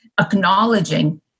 acknowledging